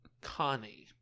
Connie